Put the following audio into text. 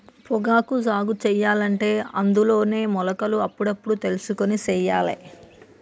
పొగాకు సాగు సెయ్యలంటే అందులోనే మొలకలు అప్పుడప్పుడు తెలుసుకొని సెయ్యాలే